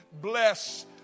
bless